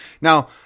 Now